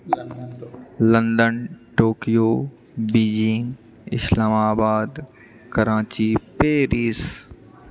London Tokyo Beijing Islamabad Karachi Paris